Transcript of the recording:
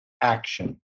action